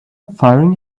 firing